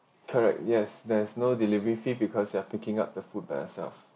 correct yes there is no delivery fee because you're picking up the food by yourself